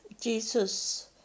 Jesus